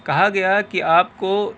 کہا گیا کہ آپ کو